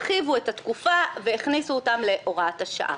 הרחיבו את התקופה והכניסו אותם להוראת השעה.